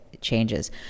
changes